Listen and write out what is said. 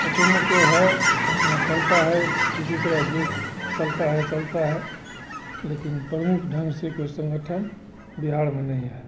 छोटे मोटे है अपना चलता है किसी तरह जुग चलता है चलता है लेकिन प्रमुख ढंग से कोई संगठन बिहार में नहीं है